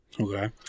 okay